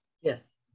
yes